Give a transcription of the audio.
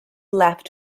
left